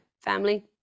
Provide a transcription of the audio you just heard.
family